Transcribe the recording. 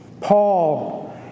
Paul